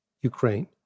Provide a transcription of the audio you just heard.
Ukraine